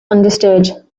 understood